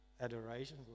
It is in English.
adoration